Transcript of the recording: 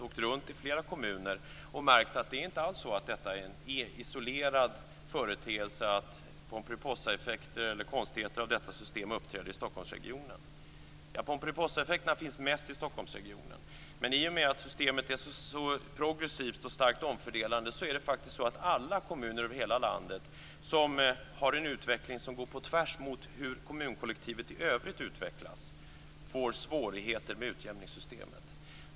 Vi har märkt att det inte är en isolerad företeelse att Pomperipossaeffekter av det slaget uppträder i Stockholmsregionen. Pomperipossaeffekterna finns mest i Stockholmsregionen. I och med att systemet är progressivt och starkt omfördelande, kommer alla kommuner i landet som går på tvärs mot hur övriga kommunkollektivet utvecklas att få svårigheter med utjämningssystemet.